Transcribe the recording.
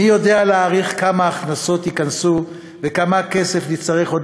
מי יודע להעריך כמה הכנסות ייכנסו וכמה כסף נצטרך עוד